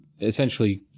essentially